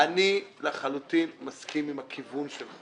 לחלוטין מסכים עם הכיוון שלך